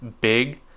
big